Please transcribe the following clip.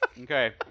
Okay